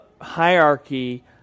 hierarchy